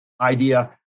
idea